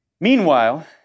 Meanwhile